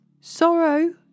Sorrow